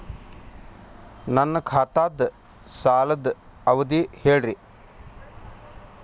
ನನ್ನ ಖಾತಾದ್ದ ಸಾಲದ್ ಅವಧಿ ಹೇಳ್ರಿ